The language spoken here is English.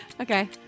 Okay